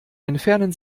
entfernen